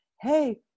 hey